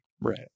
Right